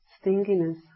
stinginess